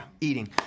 eating